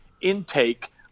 intake